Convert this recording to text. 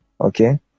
okay